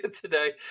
today